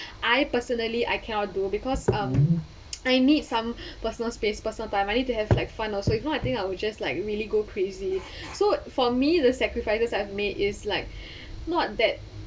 I personally I cannot do because um I need some personal space personal time I need to have like fun also if not I think I would just like really go crazy so for me the sacrifices I've made is like not that